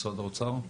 משרד האוצר.